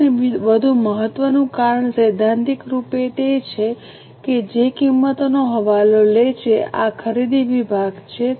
બીજું અને વધુ મહત્ત્વનું કારણ સૈદ્ધાંતિક રૂપે તે છે જે કિંમતોનો હવાલો લે છે આ ખરીદી વિભાગ છે